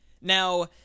Now